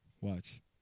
Watch